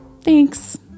thanks